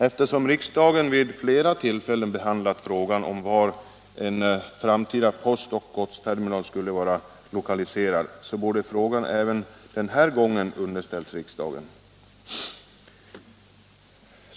Eftersom riksdagen vid flera tillfällen behandlat frågan om var en framtida postoch godsterminal skulle vara lokaliserad, borde frågan även den här gången ha underställts riksdagen.